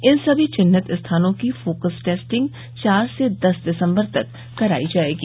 इन सभी चिन्हित स्थानों की फोकस टेस्टिंग चार से दस दिसम्बर तक कराई जायेगी